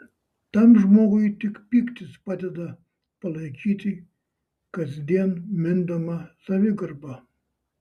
tam žmogui tik pyktis padeda palaikyti kasdien mindomą savigarbą